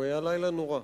הוא היה לילה נורא.